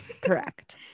correct